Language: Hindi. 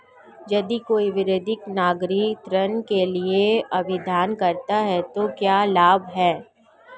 यदि कोई वरिष्ठ नागरिक ऋण के लिए आवेदन करता है तो क्या लाभ हैं?